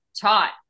taught